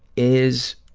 is,